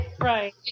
Right